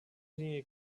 linie